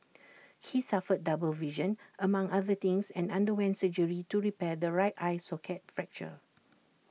he suffered double vision among other things and underwent surgery to repair the right eye socket fracture